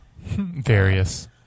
Various